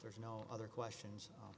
there's no other questions